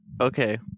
okay